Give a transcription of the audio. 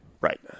right